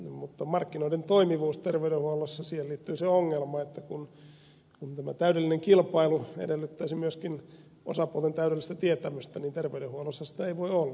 mutta markkinoiden toimivuuteen terveydenhuollossa liittyy se ongelma että kun tämä täydellinen kilpailu edellyttäisi myöskin osapuolten täydellistä tietämystä niin terveydenhuollossa sitä ei voi olla